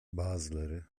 bazıları